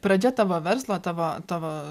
pradžia tavo verslo tavo tavo